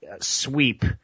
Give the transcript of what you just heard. sweep